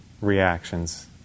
reactions